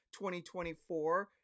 2024